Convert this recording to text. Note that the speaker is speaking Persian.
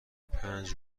پنج